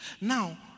Now